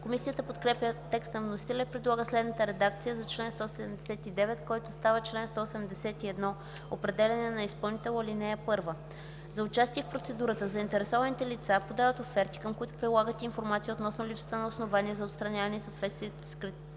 Комисията подкрепя текста на вносителя и предлага следната редакция на чл. 179, който става чл. 181: „Определяне на изпълнител Чл. 181. (1) За участие в процедурата заинтересованите лица подават оферти, към които прилагат и информация относно липсата на основания за отстраняване и съответствието си с критериите